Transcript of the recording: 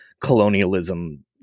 colonialism